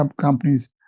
companies